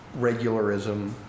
regularism